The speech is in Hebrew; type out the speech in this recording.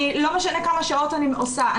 לא משנה כמה שעות אני עושה,